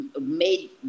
made